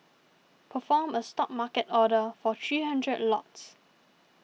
perform a Stop market order for three hundred lots